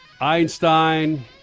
Einstein